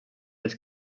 els